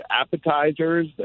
appetizers